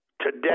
today